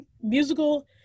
musical